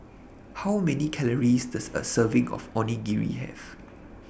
How Many Calories Does A Serving of Onigiri Have